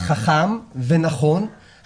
חכם ונכון.